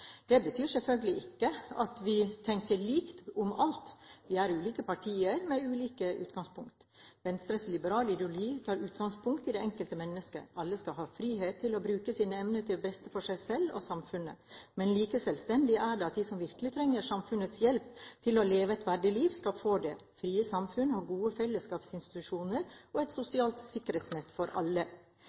Det betyr selvfølgelig ikke at vi tenker likt om alt. Vi er ulike partier med ulike utgangspunkt. Venstres liberale ideologi tar utgangspunkt i det enkelte mennesket. Alle skal ha frihet til å bruke sine evner til beste for seg selv og samfunnet, men like selvsagt er det at de som virkelig trenger samfunnets hjelp til å leve et verdig liv, skal få det. Frie samfunn har gode fellesskapsinstitusjoner og et sosialt sikkerhetsnett for alle.